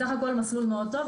בסך הכל זה מסלול מאוד טוב,